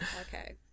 okay